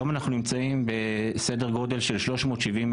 היום אנחנו נמצאים בסדר גודל של 370,000